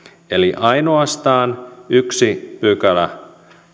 eli ainoastaan yksi pykälä